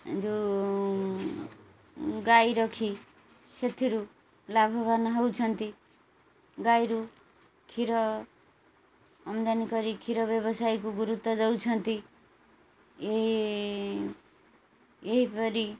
ଯୋଉ ଗାଈ ରଖି ସେଥିରୁ ଲାଭବାନ ହେଉଛନ୍ତି ଗାଈରୁ କ୍ଷୀର ଆମଦାନୀ କରି କ୍ଷୀର ବ୍ୟବସାୟକୁ ଗୁରୁତ୍ୱ ଦେଉଛନ୍ତି ଏହି ଏହିପରି